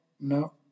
no